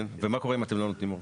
כן, ומה קורה אם אתן לא נותנים הארכה.